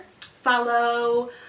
follow